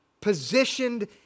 positioned